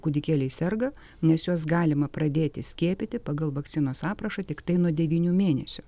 kūdikėliai serga nes juos galima pradėti skiepyti pagal vakcinos aprašą tiktai nuo devynių mėnesių